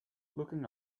looking